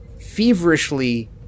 feverishly